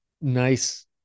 nice